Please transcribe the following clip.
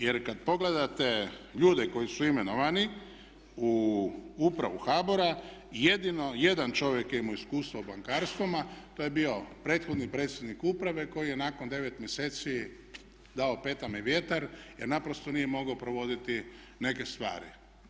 Jer i kad pogledate ljude koji su imenovali u upravu HBOR-a jedino jedan čovjek je imao iskustva u bankarstvu to je bio prethodni predsjednik uprave koji je nakon 9 mjeseci dao petama vjetra jer naprosto nije mogao provoditi neke stvari.